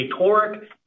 toric